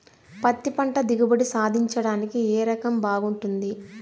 పత్తి పంట దిగుబడి సాధించడానికి ఏ రకం బాగుంటుంది?